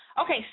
Okay